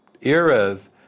eras